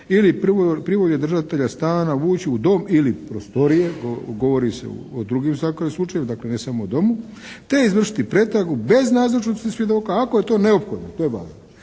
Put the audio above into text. razumije./ … držatelja stana vući u dom ili prostorije» govori se o drugim u svakom slučaju dakle ne samo o domu «te izvršiti pretragu bez nazočnosti svjedoka ako je to neophodno», to je važno,